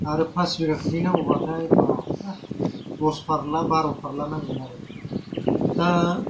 आरो फास बिगा खुबैनांगौबाथाय बाब बा दस फारला बार' फारला नांगोन आरो दा